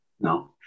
No